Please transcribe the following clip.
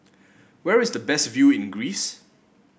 where is the best view in Greece